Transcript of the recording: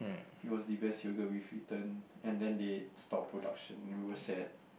it was the best yogurt we've eaten and then they stopped production we were sad